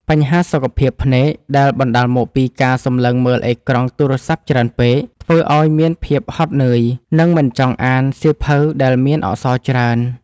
បញ្ហាសុខភាពភ្នែកដែលបណ្ដាលមកពីការសម្លឹងមើលអេក្រង់ទូរស័ព្ទច្រើនពេក ធ្វើឱ្យមានភាពហត់នឿយ និងមិនចង់អានសៀវភៅដែលមានអក្សរច្រើន។